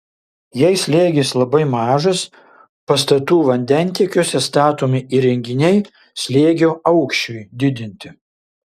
jei slėgis labai mažas pastatų vandentiekiuose statomi įrenginiai slėgio aukščiui didinti